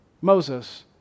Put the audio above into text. Moses